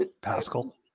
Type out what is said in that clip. Pascal